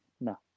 No